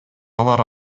алар